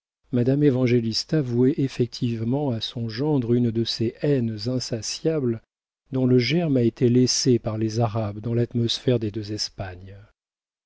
évangélista vouait effectivement à son gendre une de ces haines insatiables dont le germe a été laissé par les arabes dans l'atmosphère des deux espagnes